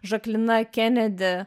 žaklina kenedi